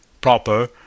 proper